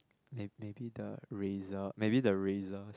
may may be the Razor may be the Razors